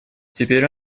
теперь